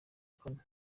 kane